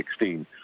2016